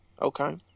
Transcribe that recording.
okay